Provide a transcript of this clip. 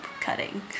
cutting